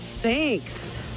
Thanks